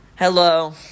Hello